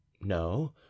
No